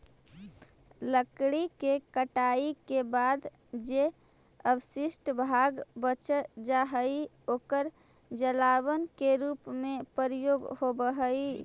लकड़ी के कटाई के बाद जे अवशिष्ट भाग बच जा हई, ओकर जलावन के रूप में प्रयोग होवऽ हई